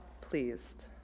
pleased